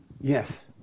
Yes